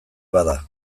bada